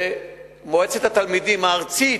ומועצת התלמידים הארצית,